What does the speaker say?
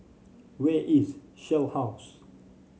where is Shell House